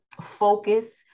focus